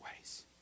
ways